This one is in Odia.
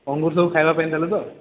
ଅଙ୍ଗୁର ସବୁ ଖାଇବା ପାଇଁ ଦେଲେ ତ